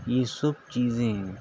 یہ سب چیزیں